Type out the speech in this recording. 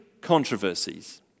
controversies